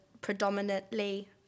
predominantly